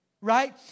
Right